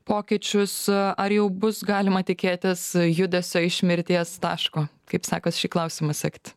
pokyčius ar jau bus galima tikėtis judesio iš mirties taško kaip sekas šį klausimą sekti